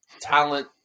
talent